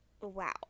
Wow